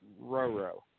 Roro